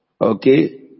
Okay